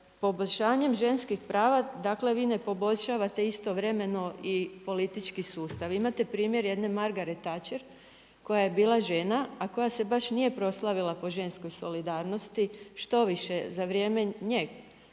Poboljšanjem ženskih prava dakle vi ne poboljšavate istovremeno i politički sustav. Imate primjer jedne Margaret Thatcher, koja je bila žena, a koja se baš nije proslavila po ženskoj solidarnosti, štoviše za vrijeme nje